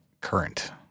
current